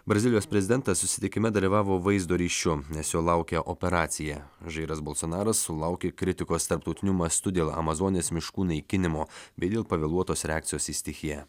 brazilijos prezidentas susitikime dalyvavo vaizdo ryšiu nes jo laukė operacija žairas balsonaras sulaukė kritikos tarptautiniu mastu dėl amazonės miškų naikinimo bei dėl pavėluotos reakcijos į stichiją